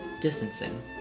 distancing